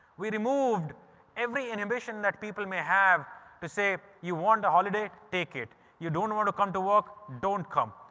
we removed every inhibition that people may have to say you want a holiday, take it. you don't want to come to work don't come.